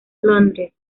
londres